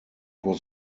was